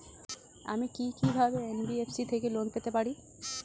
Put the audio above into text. আমি কি কিভাবে এন.বি.এফ.সি থেকে লোন পেতে পারি?